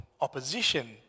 opposition